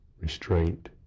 restraint